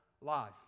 life